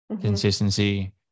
consistency